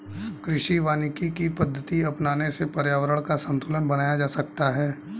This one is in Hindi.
कृषि वानिकी की पद्धति अपनाने से पर्यावरण का संतूलन बनाया जा सकता है